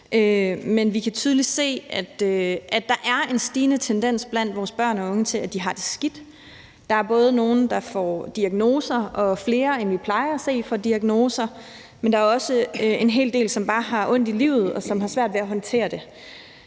men vi kan tydeligt se, at der er en stigende tendens blandt vores børn og unge til, at de har det skidt. Der er både flere, end vi plejer at se, der får diagnoser, men der er også en hel del, som bare har ondt i livet, og som har svært ved at håndtere det.